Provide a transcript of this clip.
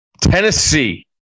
Tennessee